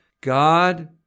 God